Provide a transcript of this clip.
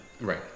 Right